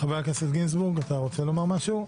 חבר הכנסת גינזבורג, אתה רוצה לומר משהו?